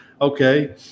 Okay